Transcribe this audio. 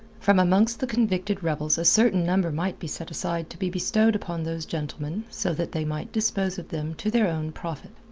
from amongst the convicted rebels a certain number might be set aside to be bestowed upon those gentlemen, so that they might dispose of them to their own profit.